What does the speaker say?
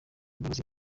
imbabazi